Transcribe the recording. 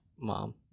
Mom